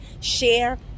share